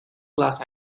class